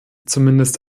zumindest